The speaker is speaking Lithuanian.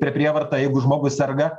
per prievartą jeigu žmogus serga